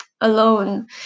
alone